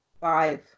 Five